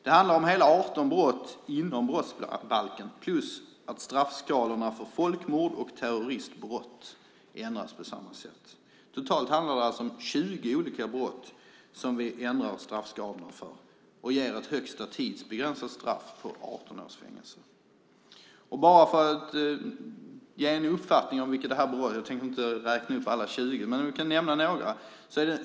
Det handlar om hela 18 brott inom brottsbalken plus att straffskalorna för folkmord och terroristbrott ändras på samma sätt. Det handlar alltså om totalt 20 olika brott som vi ändrar straffskalorna för och inför ett högsta tidsbegränsat straff på 18 års fängelse. Jag tänker inte räkna upp alla 20, men jag kan nämna några.